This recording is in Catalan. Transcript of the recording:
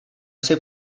ser